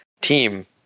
team